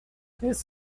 this